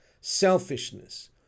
selfishness